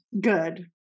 Good